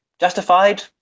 Justified